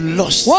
lost